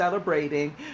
Celebrating